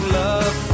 love